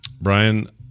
Brian